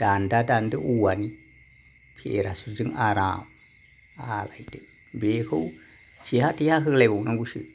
दान्दा दान्दो औवानि पेरासुथजों अराम आलायदो बेखौ सेहा देहा होलायबावनांगौसो